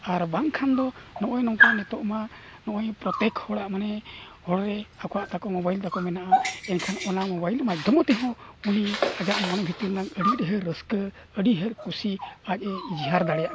ᱟᱨ ᱵᱟᱝᱠᱷᱟᱱ ᱫᱚ ᱱᱚᱜᱼᱚᱸᱭ ᱱᱚᱝᱠᱟ ᱱᱤᱛᱚᱜᱢᱟ ᱱᱚᱜᱼᱚᱸᱭ ᱯᱨᱚᱛᱮᱠ ᱦᱚᱲᱟᱜ ᱢᱟᱱᱮ ᱦᱚᱲ ᱨᱮ ᱟᱠᱚᱣᱟᱜ ᱛᱟᱠᱚ ᱢᱳᱵᱟᱭᱤᱞ ᱛᱟᱠᱚ ᱢᱮᱱᱟᱜᱼᱟ ᱮᱱᱠᱷᱟᱱ ᱚᱱᱟ ᱢᱳᱵᱟᱭᱤᱞ ᱢᱟᱫᱽᱫᱷᱚᱢ ᱛᱮ ᱦᱚᱸ ᱩᱱᱤ ᱟᱡᱟᱜ ᱢᱚᱱᱮ ᱵᱷᱤᱛᱤᱨ ᱨᱮᱱᱟᱜ ᱟᱹᱰᱤ ᱰᱷᱮᱹᱨ ᱨᱟᱹᱥᱠᱟᱹ ᱟᱹᱰᱤ ᱦᱟᱹᱨ ᱠᱩᱥᱤ ᱟᱡ ᱮ ᱤᱡᱽᱦᱟᱨ ᱫᱟᱲᱮᱭᱟᱜ ᱠᱟᱱᱟ